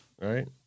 Right